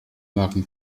marken